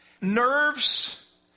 nerves